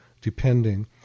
depending